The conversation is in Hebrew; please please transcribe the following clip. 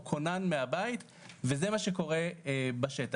הוא כונן מהבית וזה מה שקורה בשטח.